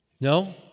No